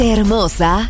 hermosa